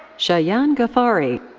shayan ghaffari.